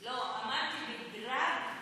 לא, אמרתי, זה חוק גזעני.